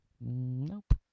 nope